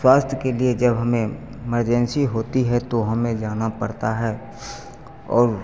स्वास्थ्य के लिए जब हमें एमेरजेंसी होती है तो हमें जाना पड़ता है और